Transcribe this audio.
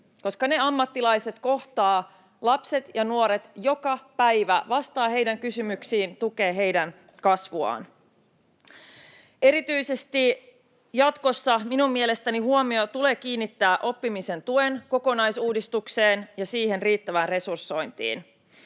koska ne ammattilaiset kohtaavat lapset ja nuoret joka päivä, vastaavat heidän kysymyksiinsä, tukevat heidän kasvuaan. Erityisesti jatkossa minun mielestäni huomio tulee kiinnittää oppimisen tuen koko-naisuudistukseen ja sen riittävään resursointiin.